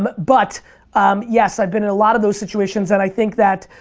but yes, i've been in a lot of those situations and i think that,